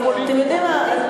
אתם יודעים מה,